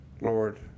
Lord